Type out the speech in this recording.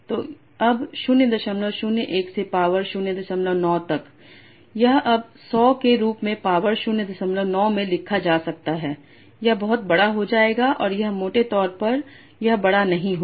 तो अब 001 से पॉवर 09 तक यह अब 100 के रूप में पॉवर 09 में लिखा जा सकता है यह बहुत बड़ा हो जाएगा और यह मोटे तौर पर यह बड़ा नहीं होगा